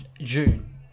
June